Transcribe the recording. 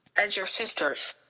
as your sisters.